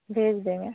भेज देंगे